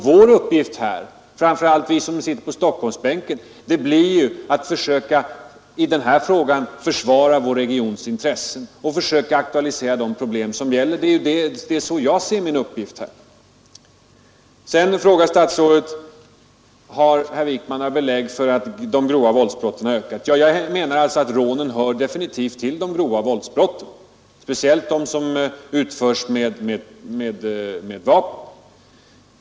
Vår uppgift här — framför allt för oss som sitter på Stockholmsbänken — blir att försöka försvara vår regions intressen och aktualisera de problem som det gäller. Det är så Jag ser min uppgift här. Sedan frågade statsrådet, om jag har några belägg för att antalet grova våldsbrott har ökat. Ja, jag menar att rånen definitivt hör till de grova våldsbrotten, speciellt de som utförs med vapen.